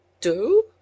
Do